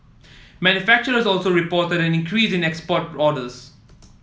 manufacturers also reported an increase in export orders